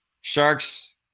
Sharks